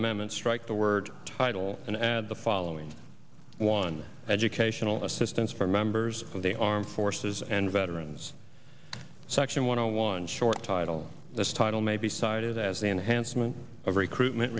amendments strike the word title and add the following one educational assistance for members of the armed forces and veterans section one hundred one short title this title may be cited as an enhancement of recruitment